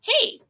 Hey